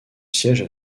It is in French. siège